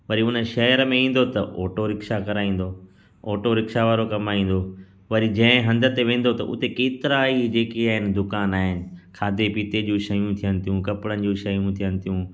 वरी हुन शहर में ईंदो त ऑटो रिक्शा कराईंदो ऑटो रिक्शा वारो कमाईंदो वरी जंहिं हंधु ते वेंदो त उते केतिरा ई जे के आहिनि दुकान आहिनि खाधे पीते जूं शयूं थियनि थियूं कपिड़नि जूं शयूं थियनि थियूं